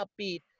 upbeat